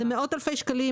אלה מאות אלפי שקלים,